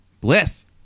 Bliss